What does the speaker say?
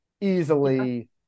easily